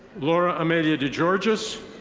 laura emilia degeorgis.